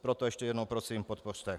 Proto ještě jednou prosím podpořte.